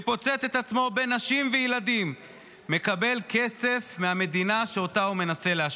שפוצץ את עצמו בין נשים וילדים מקבל כסף מהמדינה שאותה הוא מנסה להשמיד?